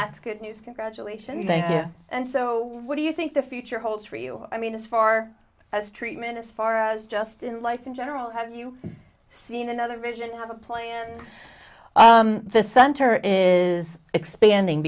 that's good news congratulations and so what do you think the future holds for you i mean as far as treatment as far as just life in general have you seen another vision of a plane the center is expanding